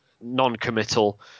non-committal